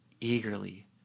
eagerly